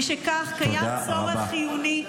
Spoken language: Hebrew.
תודה רבה.